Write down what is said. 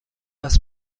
است